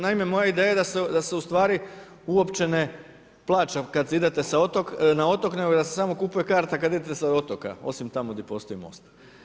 Naime moja je ideja, da se ustvari uopće ne plaća, kada idete na otok, nego da se samo kupuje karta kada idete sa otoka, osim tamo gdje postoji most.